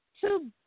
Two